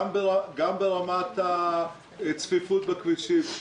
גם ברמת הצפיפות בכבישים.